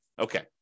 Okay